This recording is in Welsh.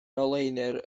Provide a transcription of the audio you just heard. ngoleuni